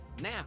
now